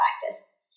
practice